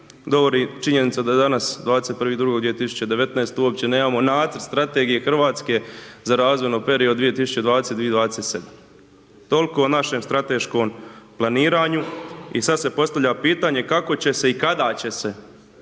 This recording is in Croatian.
govori činjenica da danas 21.2.2019. uopće nemamo nacrt strategije RH za razvojni period 2020., 2027., toliko o našem strateškom planiranju i sad se postavlja pitanje kako će se i kada će